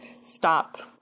stop